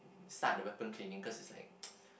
start the weapon cleaning cause is like